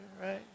right